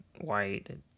white